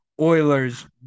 oilers